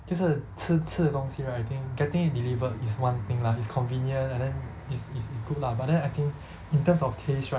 就是吃吃的东西 right I think getting it delivered is one thing lah it's convenient and then is is is good lah but then I think in terms of taste right